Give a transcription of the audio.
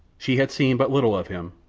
she had seen but little of him,